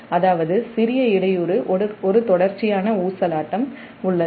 அதாவது சிறிய இடையூறு ஒரு தொடர்ச்சியான ஊசலாட்டம் உள்ளது